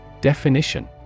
Definition